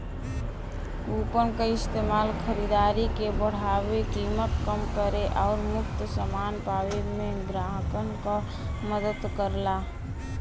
coupon क इस्तेमाल खरीदारी के बढ़ावे, कीमत कम करे आउर मुफ्त समान पावे में ग्राहकन क मदद करला